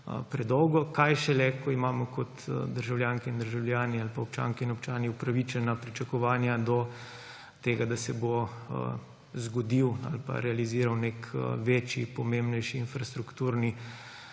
kaj šele, ko imamo kot državljanke in državljani ali pa občanke in občani upravičena pričakovanja do tega, da se bo zgodil ali pa realiziral nek večji, pomembnejši infrastrukturni